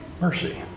mercy